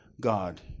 God